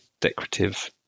decorative